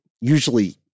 usually